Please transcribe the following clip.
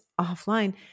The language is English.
offline